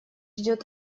идет